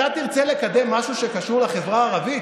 אתה תרצה לקדם משהו שקשור לחברה הערבית,